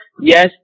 Yes